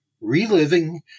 Reliving